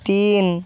তিন